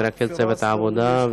מרכז צוות העבודה,